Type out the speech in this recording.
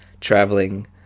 traveling